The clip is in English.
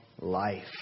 life